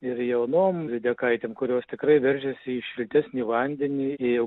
ir jaunom lydekaitėm kurios tikrai veržiasi į šiltesnį vandenį į